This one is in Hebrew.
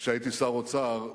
כשהייתי שר האוצר,